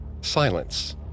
silence